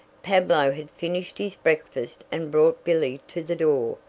pablo had finished his breakfast and brought billy to the door,